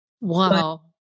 Wow